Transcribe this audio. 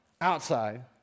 outside